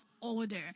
order